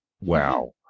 wow